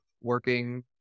working